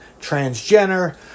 transgender